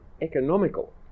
economical